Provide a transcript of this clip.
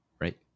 Right